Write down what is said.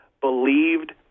believed